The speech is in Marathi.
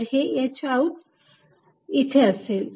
तर हे h आउट इथे असेल